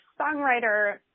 songwriter